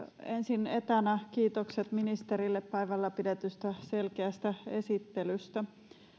ensin etänä kiitokset ministerille päivällä pidetystä selkeästä esittelystä